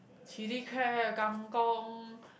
chilli crab KangKong